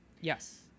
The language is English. Yes